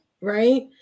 right